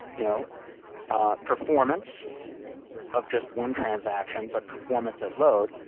you know performance of just one transaction but performance at load.